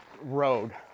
road